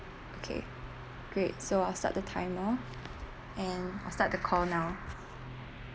okay great so I'll start the timer and I'll start the call now